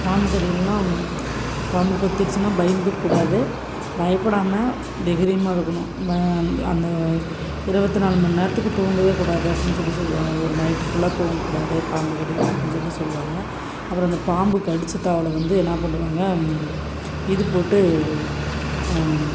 பாம்பு கடிலலாம் பாம்பு கொத்திடுச்சுன்னா பயந்துக்க கூடாது பயப்படாமல் தைகிரியமா இருக்கணும் பயம் அந் அந்த இருவத்தி நாலு மணி நேரத்துக்கு தூங்கவே கூடாது அப்புடின்னு சொல்லி சொல்லுவாங்க ஒரு நைட்டு ஃபுல்லா தூங்கக்கூடாது பாம்பு கடிக்கு அப்புடின்னு சொல்லி சொல்லுவாங்க அப்புறம் அந்த பாம்பு கடிச்சிட்டால் அதில் வந்து என்ன பண்ணுவாங்க இது போட்டு